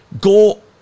go